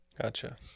Gotcha